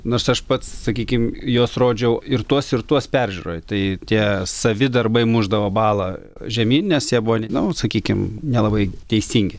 nors aš pats sakykim juos rodžiau ir tuos ir tuos peržiūroj tai tie savi darbai mušdavo balą žemyn nes jie buvo nu sakykim nelabai teisingi